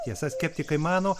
tiesa skeptikai mano